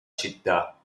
città